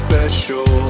Special